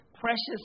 precious